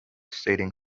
stating